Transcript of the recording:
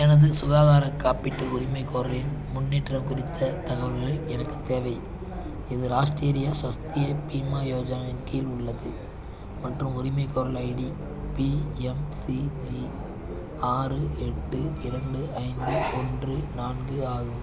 எனது சுகாதார காப்பீட்டு உரிமைகோரலின் முன்னேற்றம் குறித்த தகவல்கள் எனக்கு தேவை இது ராஷ்டிரிய ஸவஸ்திய பீமா யோஜனா இன் கீழ் உள்ளது மற்றும் உரிமைகோரல் ஐடி பிஎம்சிஜி ஆறு எட்டு இரண்டு ஐந்து ஒன்று நான்கு ஆகும்